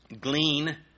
glean